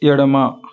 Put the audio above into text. ఎడమ